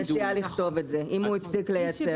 נכון, אנחנו נכתוב, אם הוא הפסיק לייצר.